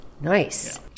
Nice